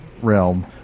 realm